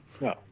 No